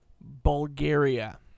Bulgaria